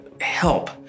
help